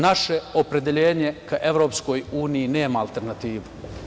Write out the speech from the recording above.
Naše opredeljenje ka EU nema alternativu.